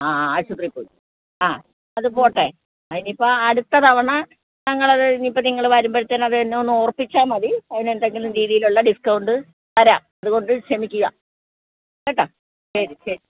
ആ ആ ആശൂത്രീപ്പോയ് ആ അതുപോട്ടെ ഇനിയിപ്പം അടുത്ത തവണ ഞങ്ങളത് ഇനീപ്പം നിങ്ങൾ വരുമ്പോഴത്തേന് അത് എന്നെ ഒന്നോർപ്പിച്ചാൽ മതി അതിന് എന്തെങ്കിലും രീതീലുള്ള ഡിസ്ക്കൗണ്ട് തരാം അതുകൊണ്ട് ക്ഷമിക്കുക കേട്ടോ ശരി ശരി